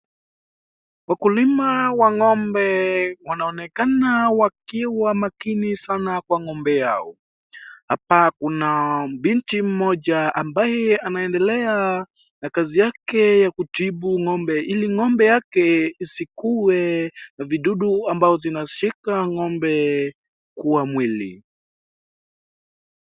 Wakulima wa ng'ombe wanaonekana wakiwa makini sana Kwa ng'ombe yao. Hapa kuna binti mmoja ambaye anaendelea na kazi yake ya kutibu ng'ombe ili ng'ombe yake isikuwe na vidudu ambazo zinashika ng'ombe kwa mwili.